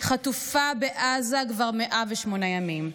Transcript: חטופה בעזה כבר 108 ימים".